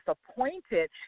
disappointed